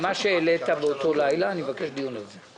שהעלית באותו לילה, אני מבקש שיתקיים על זה דיון.